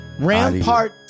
Rampart